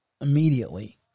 immediately